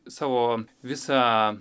savo visą